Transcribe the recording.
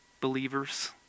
believers